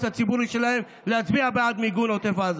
הציבורי שלהם ולהצביע בעד מיגון עוטף עזה.